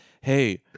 hey